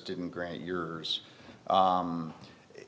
didn't grant yours